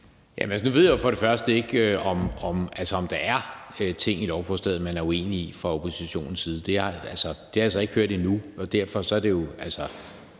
(V): Nu ved jeg jo for det første ikke, om der er ting i lovforslaget, man er uenige i fra oppositionens side. Det har jeg ikke hørt endnu, og derfor er alt jo